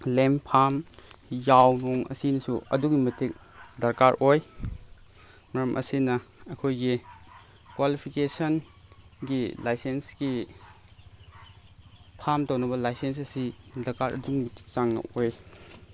ꯂꯦꯝ ꯐꯥꯝ ꯌꯥꯎ ꯅꯨꯡ ꯑꯁꯤꯅꯁꯨ ꯑꯗꯨꯛꯀꯤ ꯃꯇꯤꯛ ꯗꯔꯀꯥꯔ ꯑꯣꯏ ꯃꯔꯝ ꯑꯁꯤꯅ ꯑꯩꯈꯣꯏꯒꯤ ꯀ꯭ꯋꯥꯂꯤꯐꯤꯀꯦꯁꯟꯒꯤ ꯂꯥꯏꯁꯦꯟꯁꯀꯤ ꯐꯥꯝ ꯇꯧꯅꯕ ꯂꯥꯏꯁꯦꯟꯁ ꯑꯁꯤ ꯗꯔꯀꯥꯔ ꯑꯗꯨꯛꯀꯤ ꯃꯇꯤꯛ ꯆꯥꯡꯅ ꯑꯣꯏ